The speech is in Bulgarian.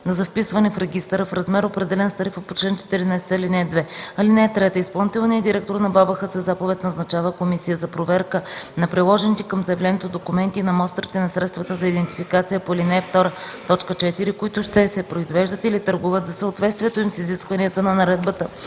за вписване в регистъра, в размер, определен с тарифата по чл. 14, ал. 2. (3) Изпълнителният директор на БАБХ със заповед назначава комисия за проверка на приложените към заявлението документи и на мострите на средствата за идентификация по ал. 2, т. 4, които ще се произвеждат или търгуват, за съответствието им с изискванията на наредбата